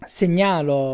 segnalo